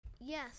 yes